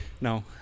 No